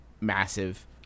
massive